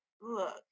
look